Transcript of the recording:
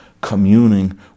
communing